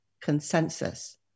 consensus